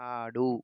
ఆడు